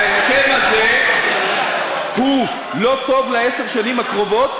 ההסכם הזה הוא לא טוב לעשר השנים הקרובות,